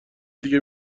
دیگه